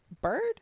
bird